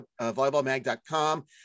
volleyballmag.com